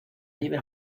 nivel